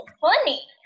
funny